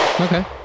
Okay